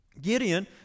Gideon